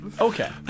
Okay